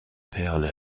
perle